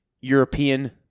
European